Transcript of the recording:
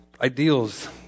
Ideals